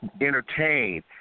entertain